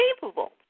capable